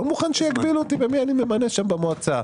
לא מוכן שיגבילו אותי במי אני ממנה שם במועצה.